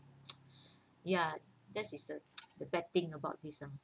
ya that is the the bad thing about this ah